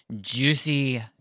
juicy